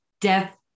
death